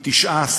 היא 9%,